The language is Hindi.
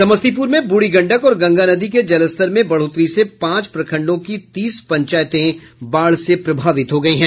समस्तीपुर में ब्रूढ़ी गंडक और गंगा नदी के जलस्तर में बढ़ोतरी से पांच प्रखंडों की तीस पंचायत बाढ़ से प्रभावित हैं